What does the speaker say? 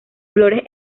flores